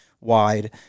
wide